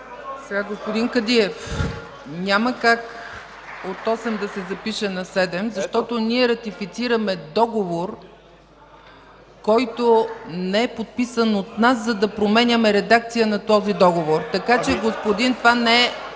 Господин Кадиев, няма как от 8 да се запише на 7, защото ние ратифицираме договор, който не е подписан от нас, за да правим редакция на този договор. (Реплики от БСП ЛБ.)